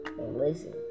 listen